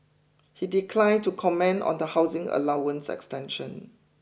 he declined to comment on the housing allowance extension